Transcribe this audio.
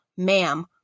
ma'am